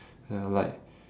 you know like